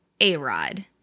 A-Rod